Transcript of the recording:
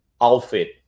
outfit